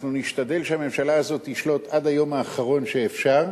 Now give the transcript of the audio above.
אנחנו נשתדל שהממשלה הזאת תשלוט עד היום האחרון שאפשר,